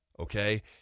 Okay